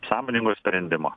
sąmoningo sprendimo